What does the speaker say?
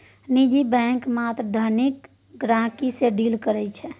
निजी बैंक मात्र धनिक गहिंकी सँ डील करै छै